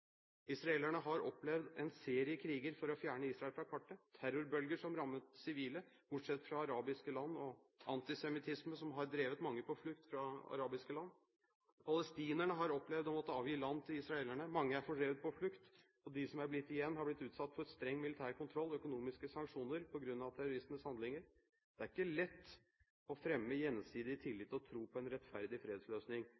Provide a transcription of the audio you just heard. Israelerne har opplevd en serie kriger for å fjerne Israel fra kartet, terrorbølger som rammet sivile, boikott fra arabiske land og antisemittisme som har drevet mange på flukt fra arabiske land. Palestinerne har opplevd å måtte avgi land til israelerne, mange er drevet på flukt, og de som er blitt igjen, har blitt utsatt for streng militær kontroll og økonomiske sanksjoner på grunn av terroristenes handlinger. Det er ikke lett å fremme gjensidig